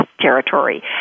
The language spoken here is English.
territory